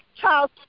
child